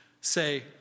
say